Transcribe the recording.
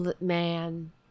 man